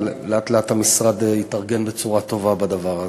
ולאט-לאט המשרד התארגן בצורה טובה בדבר הזה.